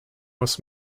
was